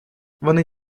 вони